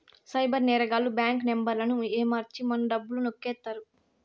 cyber నేరగాళ్లు bank నెంబర్లను ఏమర్చి మన డబ్బులు నొక్కేత్తారు